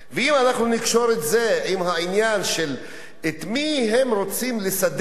ואם אנחנו נקשור את זה עם העניין של את מי הם רוצים לסדר,